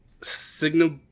signal